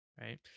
right